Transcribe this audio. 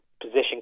position